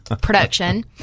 production